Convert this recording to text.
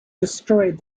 destroyed